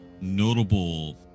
notable